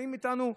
נמצאים איתנו.